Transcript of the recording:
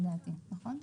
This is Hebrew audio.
נכון?